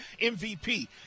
MVP